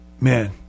Man